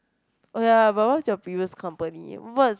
oh ya but what's your previous company what's